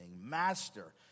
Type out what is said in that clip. Master